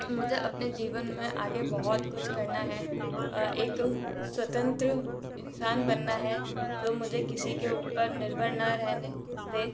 मुझे अपने जीवन में आगे बहुत कुछ करना है एक स्वतंत्र इंसान बनना है जो मुझे किसी के ऊपर निर्भर ना रहने दे